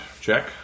Check